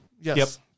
yes